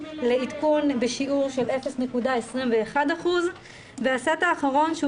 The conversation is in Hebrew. לעדכון בשיעור של 0.21%. הסט האחרון שהוא